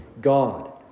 God